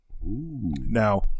Now